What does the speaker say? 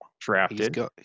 drafted